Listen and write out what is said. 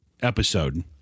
episode